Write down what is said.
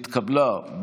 נתקבל.